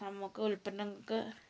നമുക്ക് ഉൽപ്പന്നങ്ങൾക്ക്